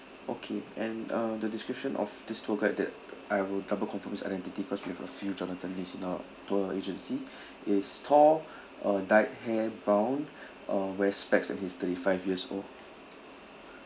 okay and uh the description of this tour guide that I will double confirm his identity cause we have a few jonathan lee's in our tour agency he's tall uh dyed hair brown uh wear specs and he's thirty five years old